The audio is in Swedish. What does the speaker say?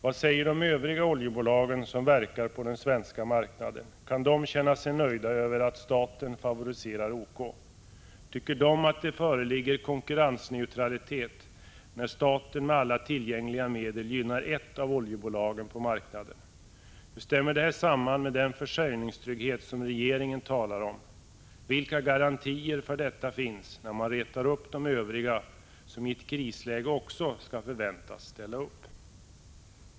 Vad säger de övriga oljebolag som verkar på den svenska marknaden? Kan de känna sig nöjda med att staten favoriserar OK? Tycker de att det föreligger konkurrensneutralitet när staten med alla tillgängliga medel gynnar ett av oljebolagen på marknaden? Hur stämmer detta med den försäljningstrygghet som regeringen talar om? Vilka garantier för denna finns när man retar upp de övriga, som i ett krisläge förväntas också skola ställa upp?